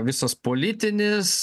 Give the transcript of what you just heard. visas politinis